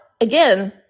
again